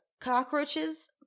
cockroaches